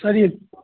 سَر یہِ